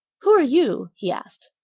who are you? he asked.